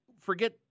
forget